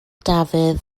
dafydd